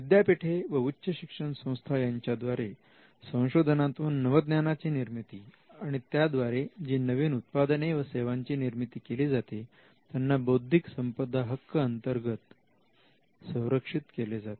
विद्यापीठे व उच्च शिक्षण संस्था यांच्याद्वारे संशोधनातून नवज्ञानाची निर्मिती आणि त्याद्वारे जी नवीन उत्पादने व सेवांची निर्मिती केली जाते त्यांना बौद्धिक संपदा हक्क अंतर्गत संरक्षित केले जाते